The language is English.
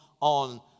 on